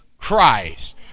Christ